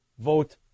Vote